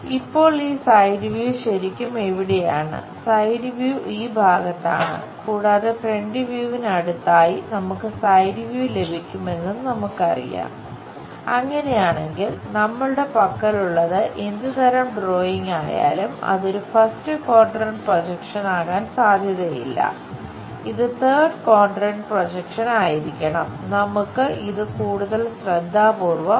ഇപ്പോൾ ഈ side view ആയിരിക്കണം നമുക്ക് ഇത് കൂടുതൽ ശ്രദ്ധാപൂർവ്വം നോക്കാം